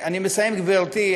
אני מסיים, גברתי.